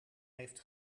heeft